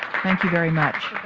thank you very much.